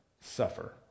suffer